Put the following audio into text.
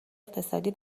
اقتصادی